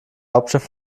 hauptstadt